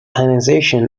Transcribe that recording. ionization